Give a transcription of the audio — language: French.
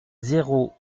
zéro